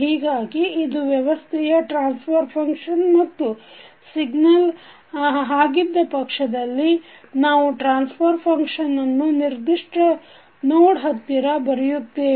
ಹೀಗಾಗಿ ಇದು ವ್ಯವಸ್ಥೆಯ ಟ್ರಾನ್ಸ್ಫರ್ ಫಂಕ್ಷನ್ ಮತ್ತು ಸಿಗ್ನಲ್ ಹಾಗಿದ್ದ ಪಕ್ಷದಲ್ಲಿ ನಾವು ಟ್ರಾನ್ಸಫರ್ ಫಂಕ್ಷನ್ ಅನ್ನು ನಿರ್ದಿಷ್ಟ ನೋಡ್ ಹತ್ತಿರದಲ್ಲಿ ಬರೆಯುತ್ತೇವೆ